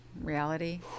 reality